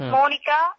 Monica